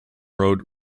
road